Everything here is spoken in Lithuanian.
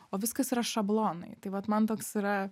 o viskas yra šablonai tai vat man toks yra